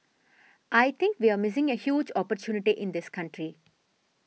I think we're missing a huge opportunity in this country